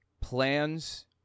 plans